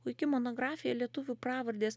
puiki monografija lietuvių pravardės